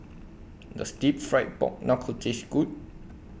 Does Deep Fried Pork Knuckle Taste Good